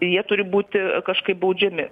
jie turi būti kažkaip baudžiami